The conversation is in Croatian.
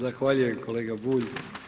Zahvaljujem kolega Bulj.